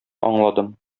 аңладым